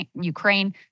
Ukraine